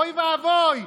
אוי ואבוי.